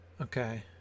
Okay